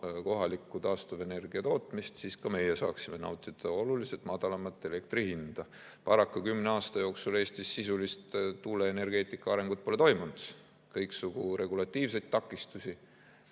kohalikku taastuvenergia tootmist, siis ka meie saaksime nautida oluliselt madalamat elektri hinda. Paraku kümne aasta jooksul Eestis sisulist tuuleenergeetika arengut pole toimunud. [On olnud] kõiksugu regulatiivseid takistusi